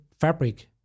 fabric